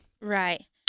Right